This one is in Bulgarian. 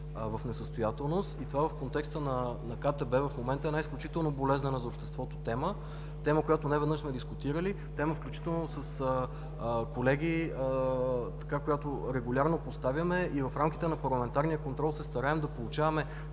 в несъстоятелност и това в контекста на КТБ в момента е една изключително болезнена за обществото тема, която неведнъж сме дискутирали, тема – която включително с колеги регулярно поставяме, и в рамките на парламентарния контрол се стараем да получаваме